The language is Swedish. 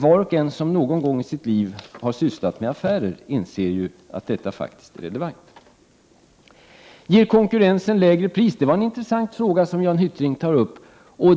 Var och en som någon gång i sitt liv har sysslat med affärer inser att detta faktiskt är relevant. Ger konkurrensen lägre pris? Det var en intressant fråga som Jan Hyttring ställde.